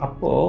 Apo